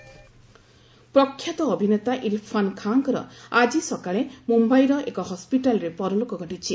ଆକ୍ନର ଇର୍ଫାନ୍ ଖାଁ ପ୍ରଖ୍ୟାତ ଅଭିନେତା ଇର୍ଫାନ୍ ଖାଁଙ୍କର ଆଜି ସକାଳେ ମୁମ୍ୟାଇର ଏକ ହସ୍କିଟାଲରେ ପରଲୋକ ଘଟିଛି